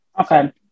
Okay